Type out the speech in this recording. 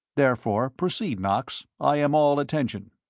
therefore, proceed, knox, i am all attention.